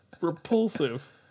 repulsive